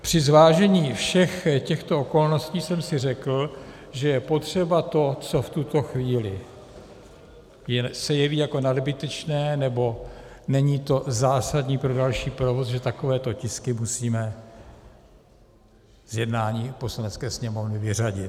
Při zvážení všech těchto okolností jsem si řekl, že je potřeba to, co v tuto chvíli se jeví jako nadbytečné nebo to není zásadní pro další provoz, že takovéto tisky musíme z jednání Poslanecké sněmovny vyřadit.